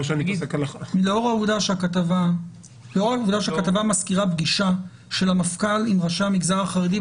לאור העובדה שהכתבה מזכירה פגישה של המפכ"ל עם ראשי המגזר החרדי,